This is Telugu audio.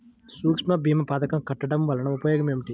సురక్ష భీమా పథకం కట్టడం వలన ఉపయోగం ఏమిటి?